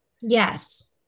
yes